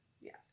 Yes